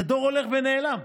זה דור הולך ונעלם,